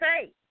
say